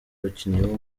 abakinnyi